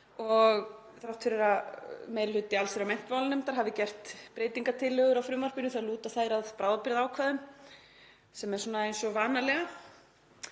Þrátt fyrir að meiri hluti allsherjar- og menntamálanefndar hafi gert breytingartillögur við frumvarpið þá lúta þær að bráðabirgðaákvæðum sem er svona eins og vanalega